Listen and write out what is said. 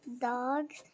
Dogs